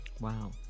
Wow